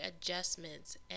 adjustments